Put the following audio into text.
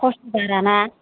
खस्थ' बारा ना